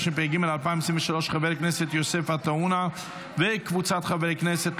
התשפ"ג 2023,של חבר הכנסת יוסף עטאונה וקבוצת חברי הכנסת,